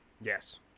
yes